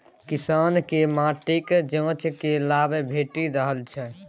किसानकेँ माटिक जांच केर लाभ भेटि रहल छै